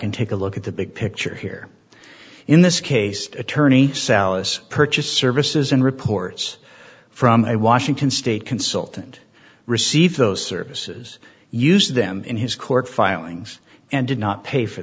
and take a look at the big picture here in this case attorney sallis purchased services in reports from a washington state consultant received those services used them in his court filings and did not pay for